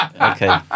okay